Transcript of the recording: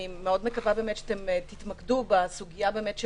אני מאוד מקווה שאתם תתמקדו באמת בסוגיה של